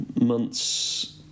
months